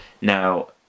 Now